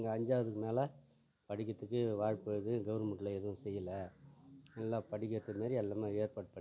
இங்கே அஞ்சாவதுக்கு மேலே படிக்கிறத்துக்கு வாய்ப்பு வந்து கவர்மெண்ட்டில் எதுவும் செய்யலை நல்லா படிக்க வைக்கிற மாதிரி எல்லாமே ஏற்பாடு பண்ணி கொடுக்கணும்